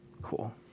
cool